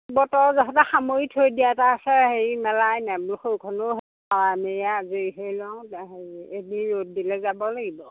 বতৰ যহতে সামৰি থৈ দিয়াত আছে হেৰি মেলাই নাই মেলি আজৰি হৈ লওঁ হেৰি এদিন ৰ'দ দিলে যাব লাগিব